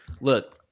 look